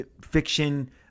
fiction